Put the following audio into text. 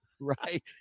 Right